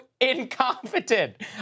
Incompetent